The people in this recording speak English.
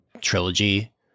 trilogy